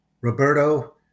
Roberto